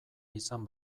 izan